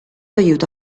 aiuta